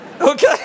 okay